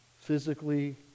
physically